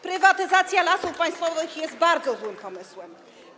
Prywatyzacja Lasów Państwowych jest bardzo złym pomysłem.